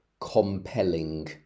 Compelling